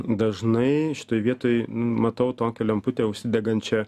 dažnai šitoj vietoj matau tokią lemputę užsidegančią